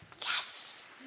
yes